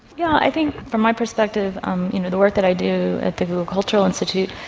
yeah i think from my perspective um you know the work that i do at the google cultural institute,